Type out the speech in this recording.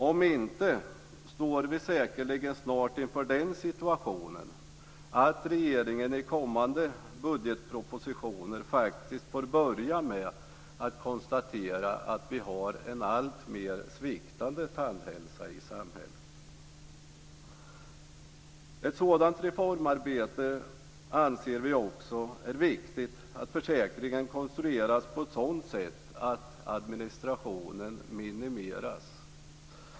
Om detta inte sker står vi säkerligen snart inför den situationen att regeringen i kommande budgetpropositioner faktiskt får börja med att konstatera att vi har en alltmer sviktande tandhälsa i samhället. I ett sådant här reformarbete anser vi också att det är viktigt att försäkringen konstrueras på ett sådant sätt att administrationen minimeras.